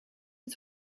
het